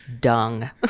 dung